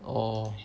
orh